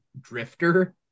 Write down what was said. drifter